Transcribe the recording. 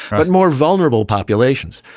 but more vulnerable populations.